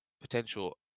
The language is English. potential